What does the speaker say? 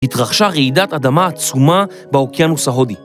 התרחשה רעידת אדמה עצומה באוקיינוס ההודי.